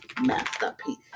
masterpiece